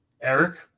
Eric